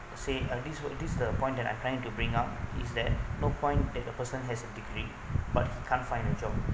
say uh this is this is the point that I trying to bring up is that no point that a person has a degree but can't find a job